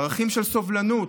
ערכים של סובלנות,